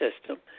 system